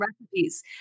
recipes